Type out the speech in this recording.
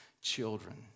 Children